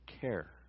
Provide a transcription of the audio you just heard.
care